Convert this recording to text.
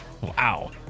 Wow